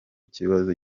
kibazo